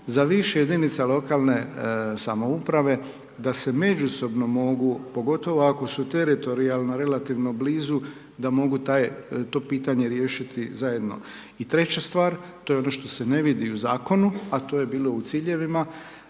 za više jedinica lokalne samouprave da se međusobno mogu, pogotovo ako su teritorijalno relativno blizu da mogu to pitanje riješiti zajedno. I treća stvar, to je ono što se ne vidi u Zakonu, a to je bilo u ciljevima,